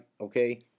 okay